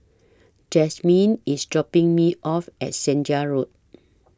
Jazmyn IS dropping Me off At Senja Road